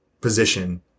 position